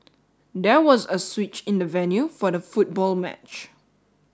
there was a switch in the venue for the football match